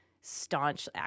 staunch